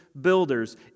builders